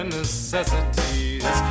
necessities